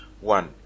one